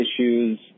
issues